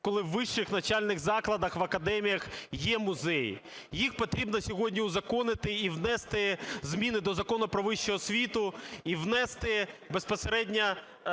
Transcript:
коли у вищих навчальних закладах, в академіях є музеї. Їх потрібно сьогодні узаконити і внести зміни до Закону "Про вищу освіту", і внести безпосередньо,